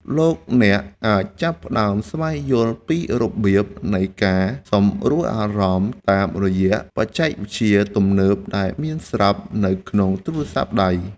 លោកអ្នកអាចចាប់ផ្តើមស្វែងយល់ពីរបៀបនៃការសម្រួលអារម្មណ៍តាមរយៈបច្ចេកវិទ្យាទំនើបដែលមានស្រាប់នៅក្នុងទូរសព្ទដៃ។